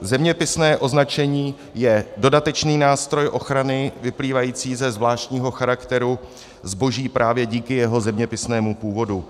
Zeměpisné označení je dodatečný nástroj ochrany vyplývající ze zvláštního charakteru zboží právě díky jeho zeměpisnému původu.